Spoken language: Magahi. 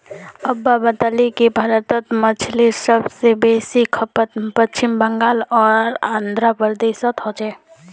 अब्बा बताले कि भारतत मछलीर सब स बेसी खपत पश्चिम बंगाल आर आंध्र प्रदेशोत हो छेक